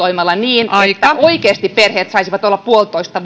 investoimalla niin että oikeasti perheet saisivat olla puolitoista